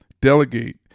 delegate